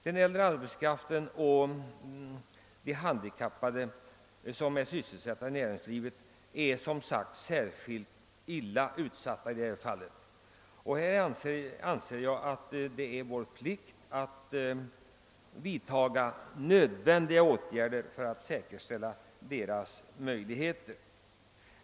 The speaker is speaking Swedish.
Den äldre arbetskraften och de handikappade är som sagt särskilt illa utsatta. Jag anser det vara vår plikt att vidta de åtgärder som krävs för att säkerställa deras trygghet.